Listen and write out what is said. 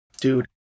Dude